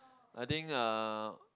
I think uh